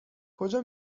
کجا